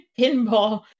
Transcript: pinball